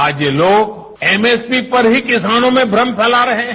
आज ये लोग एमएसपी पर ही किसानों में भ्रम फैला रहे हैं